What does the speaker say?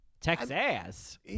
Texas